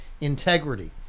integrity